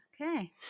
Okay